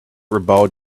about